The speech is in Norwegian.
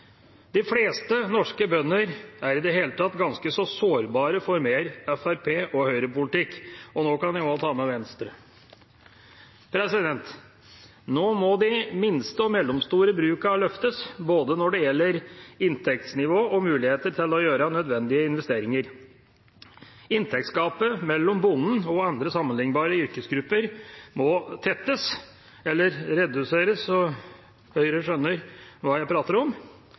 De fleste norske bønder er i det hele tatt ganske sårbare for mer Fremskrittsparti- og Høyre-politikk – og nå kan jeg også ta med Venstre-politikk. Nå må de minste og mellomstore brukene løftes når det gjelder både inntektsnivå og muligheter til å gjøre nødvendige investeringer. Inntektsgapet mellom bonden og andre sammenlignbare yrkesgrupper må tettes – eller reduseres, så Høyre skjønner hva jeg prater om,